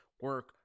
Work